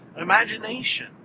imagination